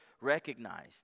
recognized